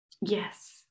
Yes